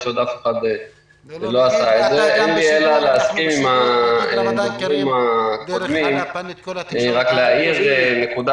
אין לי אלא להסכים אלא רק להעיר נקודה